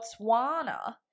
Botswana